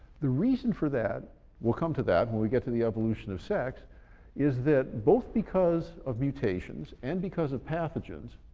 the reason for that we'll come to that, when we get to the evolution of sex is that both because of mutations and because of pathogens,